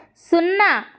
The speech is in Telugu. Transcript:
సున్నా